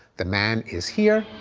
the man is here,